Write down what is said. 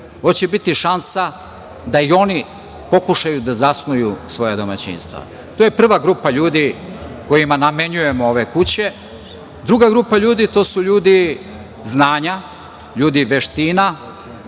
Ovo će biti šansa da i oni pokušaju da zasnuju svoja domaćinstva. To je prva grupa ljudi kojima namenjujemo ove kuće. Druga grupa ljudi, to su ljudi znanja, ljudi veština,